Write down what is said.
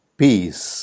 peace